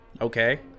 Okay